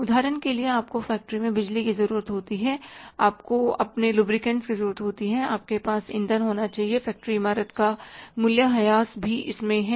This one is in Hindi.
उदाहरण के लिए आपको फ़ैक्टरी में बिजली की जरूरत होती है आपको अपने लुब्रिकेंट्स की जरूरत है आपके पास इंधन होना चाहिए फैक्ट्री इमारत का मूल्य ह्रास भी इसमें है